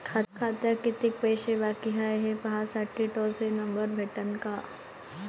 खात्यात कितीकं पैसे बाकी हाय, हे पाहासाठी टोल फ्री नंबर भेटन का?